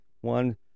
One